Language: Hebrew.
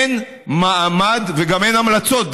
אין מעמד וגם אין המלצות,